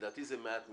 ולכן לדעתי זה מעט מדי.